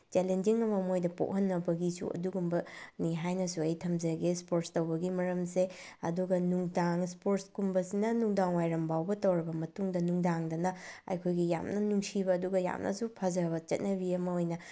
challenging ꯑꯃ ꯃꯣꯏꯗ ꯄꯣꯛꯍꯟꯅꯕꯒꯤꯁꯨ ꯑꯗꯨꯒꯨꯝꯕꯅꯤ ꯍꯥꯏꯅꯁꯨ ꯑꯩ ꯊꯝꯖꯒꯦ ꯏꯁꯄꯣꯔꯠꯁ ꯇꯧꯕꯒꯤ ꯃꯔꯝꯁꯦ ꯑꯗꯨꯒ ꯅꯨꯡꯗꯥꯡ ꯏꯁꯄꯣꯔꯠꯁꯀꯨꯝꯕꯁꯤꯅ ꯅꯨꯡꯗꯥꯡꯋꯥꯏꯔꯝꯕꯥꯎꯕ ꯇꯧꯔꯕ ꯃꯇꯨꯡꯗ ꯅꯨꯡꯗꯥꯡꯗꯅ ꯑꯩꯈꯣꯏꯒꯤ ꯌꯥꯝꯅ ꯅꯨꯡꯁꯤꯕ ꯑꯗꯨꯒ ꯌꯥꯝꯅꯁꯨ ꯐꯖꯕ ꯆꯠꯅꯕꯤ ꯑꯃ ꯑꯣꯏꯅ